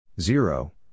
Zero